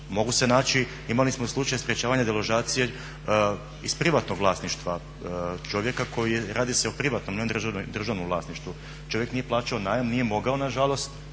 Mogu se naći, imali smo slučaj sprečavanja deložacije iz privatnog vlasništva čovjeka, radi se o privatnom ne o državnom vlasništvu. Čovjek nije plaćao najam, nije mogao nažalost,